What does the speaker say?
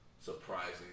Surprising